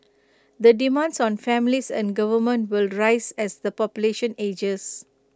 the demands on families and government will rise as the population ages